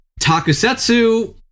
Takusetsu